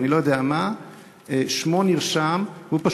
או אני לא יודע מה,